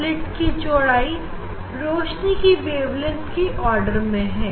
slit की चौड़ाई रोशनी की वेवलेंथ के आर्डर में है